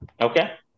okay